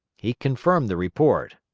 he confirmed the report.